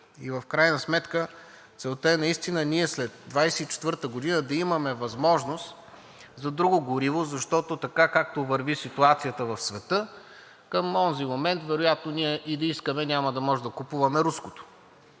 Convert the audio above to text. И в крайна сметка целта е ние след 2024 г. да имаме възможност за друго гориво, защото така, както върви ситуацията в света, към онзи момент вероятно и да искаме, няма да можем да купуваме руското.